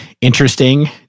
interesting